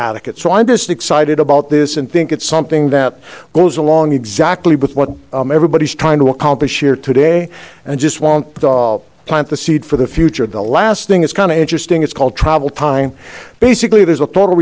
adequate so i'm just excited about this and think it's something that goes along exactly with what everybody's trying to accomplish here today and just want to plant the seed for the future the last thing is kind of interesting it's called travel time basically there's a